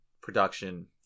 production